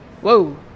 Whoa